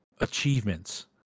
achievements